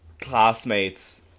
classmates